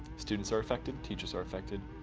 students are affected. teachers are affected.